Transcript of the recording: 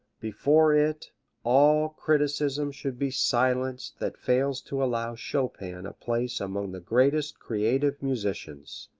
before it all criticism should be silenced that fails to allow chopin a place among the greatest creative musicians.